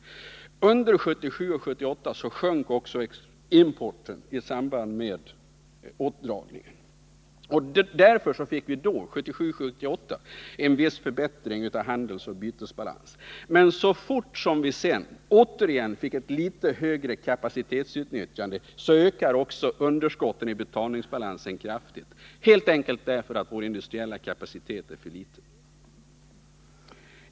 Under 1977 och 1978 sjönk importen i samband med indragningen, och därför fick vi då en viss förbättring av handelsoch bytesbalans. Men så fort som vi återigen får ett litet kapacitetsutnyttjande ökar också underskotten i betalningsbalansen kraftigt, helt enkelt därför att vår industriella kapacitet är för liten.